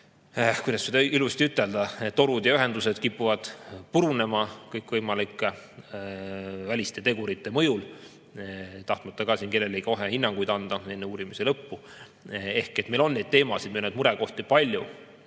kuidas seda ilusasti ütelda? – torud ja ühendused kipuvad purunema kõikvõimalike väliste tegurite mõjul. Tahtmata siin kellelegi kohe hinnanguid anda enne uurimise lõppu, meil on neid teemasid ja murekohti palju.